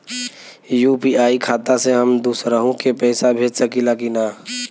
UPI खाता से हम दुसरहु के पैसा भेज सकीला की ना?